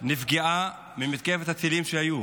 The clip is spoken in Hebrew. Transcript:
נפגעה ממתקפת הטילים שהיו.